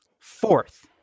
Fourth